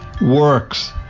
works